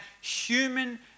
human